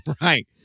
Right